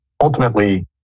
Ultimately